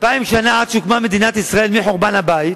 2,000 שנה עד שהוקמה מדינת ישראל, מחורבן הבית,